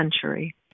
century